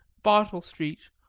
bartel street,